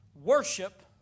Worship